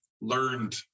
learned